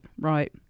right